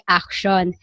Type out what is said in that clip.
action